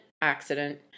Accident